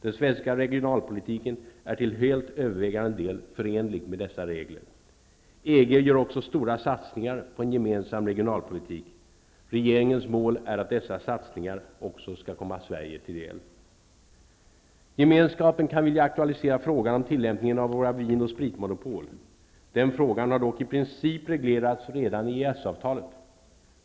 Den svenska regionalpolitiken är till helt övervägande del förenlig med dessa regler. EG gör också stora satsningar på en gemensam regionalpolitik. Regeringens mål är att dessa satsningar även skall komma Sverige till del. -- Gemenskapen kan vilja aktualisera frågan om tillämpningen av våra vin och spritmonopol. Den frågan har dock i princip redan reglerats i EES avtalet.